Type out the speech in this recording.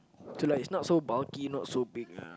to like it's not so bulky not so big lah